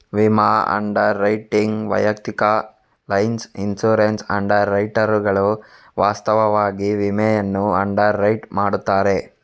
ವಿಮಾ underwriting ವೈಯಕ್ತಿಕ lines insurance ಅಂಡರ್ ರೈಟರುಗಳು ವಾಸ್ತವವಾಗಿ ವಿಮೆಯನ್ನು ಅಂಡರ್ ರೈಟ್ ಮಾಡುತ್ತಾರೆ